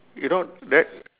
you know that